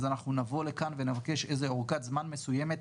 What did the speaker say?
אז אנחנו נבוא לכאן ונבקש אורכת זמן מסוימת.